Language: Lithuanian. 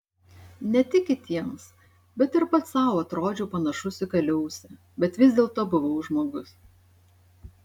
ne tik kitiems bet ir pats sau atrodžiau panašus į kaliausę bet vis dėlto buvau žmogus